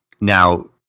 now